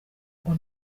ngo